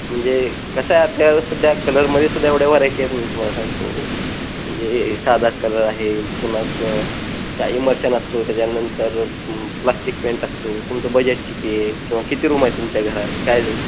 म्हणजे कसं आहे आल्या सध्या कलरमध्येसुद्धा एवढ्या व्हरायटी आहे ना तुम्हाला सांगतो म्हणजे साधा कलर आहे कोणता काय इमर्शन असतो त्याच्यानंतर प्लास्टिक पेंट असतो तुमचं बजेट किती आहे किंवा किती रूम आहे तुमच्या घरात काय